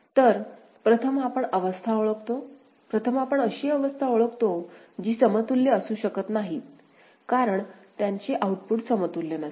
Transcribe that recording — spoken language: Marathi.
तर प्रथम आपण अवस्था ओळखतो प्रथम आपण अशी अवस्था ओळखतो जी समतुल्य असू शकत नाहीत कारण त्यांचे आउटपुट समतुल्य नसते